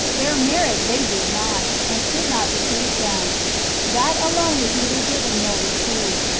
their merit they did not, and could not bequeath them that alone is neither given nor received.